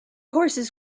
horses